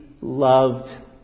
loved